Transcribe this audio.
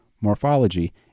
morphology